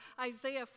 Isaiah